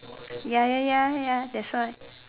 ya ya ya ya that's why